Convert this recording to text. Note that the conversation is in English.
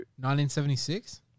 1976